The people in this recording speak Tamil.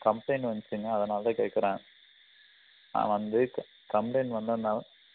கம்ப்ளைண்ட் வந்துச்சுங்க அதனால் தான் கேக்குறேன் நான் வந்து கம்ப்ளைண்ட் வந்ததினால